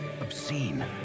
obscene